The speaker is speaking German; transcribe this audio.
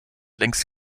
längst